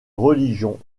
religion